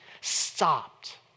stopped